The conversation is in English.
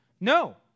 No